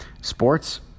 Sports